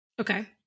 Okay